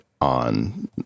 on